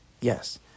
Yes